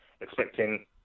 expecting